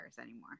anymore